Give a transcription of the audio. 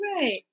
right